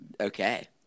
Okay